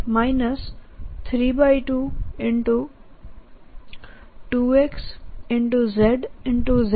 આ મને mxxx2y2z232 322x